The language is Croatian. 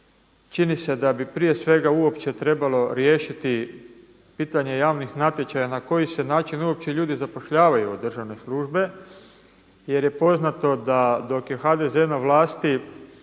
čini se da bi prije svega uopće trebalo riješiti pitanje javnih natječaja na koji se način uopće ljudi zapošljavaju u državne službe jer je poznato da dok je HDZ na vlasti